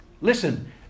Listen